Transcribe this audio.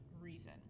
reason